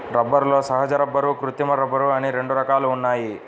రబ్బరులో సహజ రబ్బరు, కృత్రిమ రబ్బరు అని రెండు రకాలు ఉన్నాయి